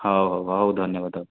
ହଉ ହଉ ହଉ ଧନ୍ୟବାଦ